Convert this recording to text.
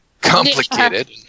complicated